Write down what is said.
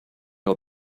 how